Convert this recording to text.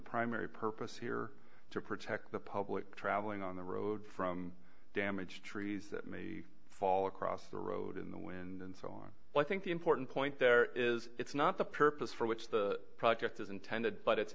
primary purpose here to protect the public traveling on the road from damage to trees that may be fall across the road in the wind and so on i think the important point there is it's not the purpose for which the project is intended but it